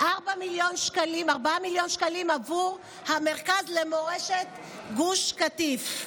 4 מיליון שקלים עבור המרכז למורשת גוש קטיף.